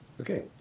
okay